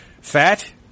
fat